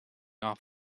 off